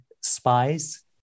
spies